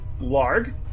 Larg